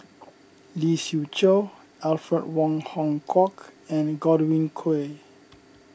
Lee Siew Choh Alfred Wong Hong Kwok and Godwin Koay